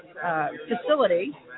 facility